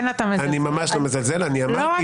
אתה מזלזל.